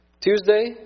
Tuesday